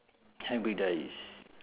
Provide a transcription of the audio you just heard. hybridise